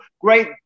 great